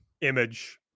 image